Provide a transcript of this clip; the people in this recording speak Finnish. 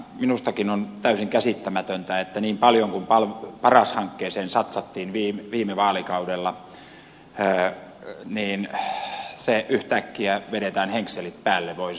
minustakin on täysin käsittämätöntä että niin paljon kuin paras hankkeeseen satsattiin viime vaalikaudella niin sen päälle yhtäkkiä vedetään henkselit voi sanoa näin